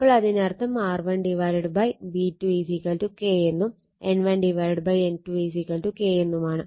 അപ്പോൾ അതിനർത്ഥം R1 V2 K എന്നും N1 N2 K എന്നുമാണ്